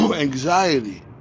Anxiety